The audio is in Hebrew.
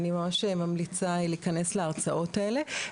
אני ממש ממליצה להיכנס להרצאות האלה.